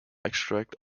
abstract